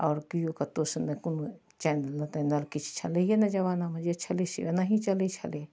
आओर केओ कतहुसे नहि कोनो चैनल ने तैनल तऽ किछु छलैहे नहि जमानामे जे छलै से ओनाहि चलै छलै